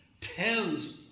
tens